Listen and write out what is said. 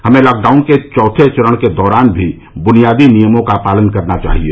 हमें लॉकडाउन के चौथे चरण के दौरान भी बुनियादी नियमों का पालन करना चाहिए